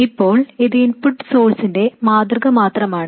ഇപ്പോൾ ഇത് ഇൻപുട്ട് സോഴ്സിന്റെ മാതൃക മാത്രമാണ്